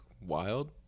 wild